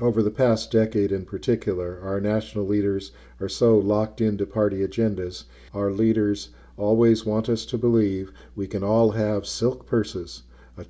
over the past decade in particular our national leaders are so locked into party agendas our leaders always want us to believe we can all have silk purses a